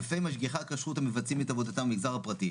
אלפי משגיחי הכשרות מבצעים את עבודתם במגזר הפרטי,